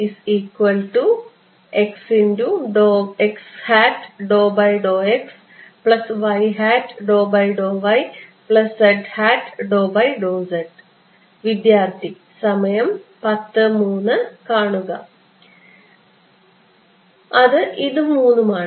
അത് ഈ മൂന്നുമാണ്